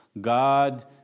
God